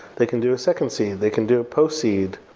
they can do a second seed. they can do a post-seed.